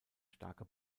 starke